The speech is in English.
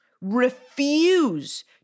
refuse